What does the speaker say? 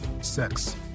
sex